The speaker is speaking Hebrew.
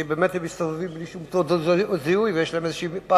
כי הם באמת מסתובבים בלי תעודות זיהוי ויש להם פחד